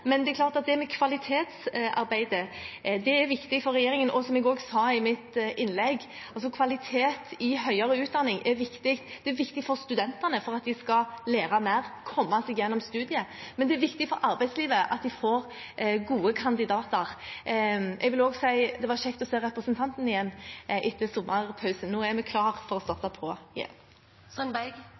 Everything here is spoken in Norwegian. Men det er klart at kvalitetsarbeidet er viktig for regjeringen, og som jeg også sa i mitt innlegg, er kvalitet i høyere utdanning viktig. Det er viktig for at studentene skal lære mer og komme seg gjennom studiet. Og det er viktig for arbeidslivet at de får gode kandidater. Jeg vil også si at det var kjekt å se representanten igjen etter sommerpausen. Nå er vi klare til å starte opp igjen. Jeg er glad for å